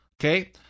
Okay